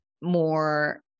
more